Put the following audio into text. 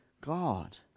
God